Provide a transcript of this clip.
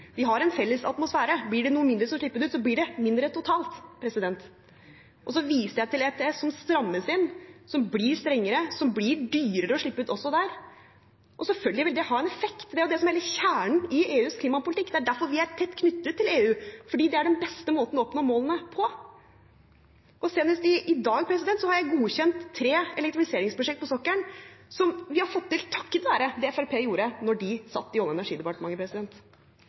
Vi har en felles atmosfære. Blir det noe mindre som slippes ut, blir det mindre totalt. Så viser jeg til ETS, som strammes inn, som blir strengere, og det blir dyrere å slippe ut også der. Selvfølgelig vil det ha en effekt. Det er det som er hele kjernen i EUs klimapolitikk. Det er derfor vi er tett knyttet til EU, fordi det er den beste måten å oppnå målene på. Senest i dag har jeg godkjent tre elektrifiseringsprosjekt på sokkelen, som vi har fått til takket være det Fremskrittspartiet gjorde da de satt i Olje- og energidepartementet. Jon Georg Dale – til replikk nr. fire, og det blir den siste. President,